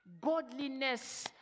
godliness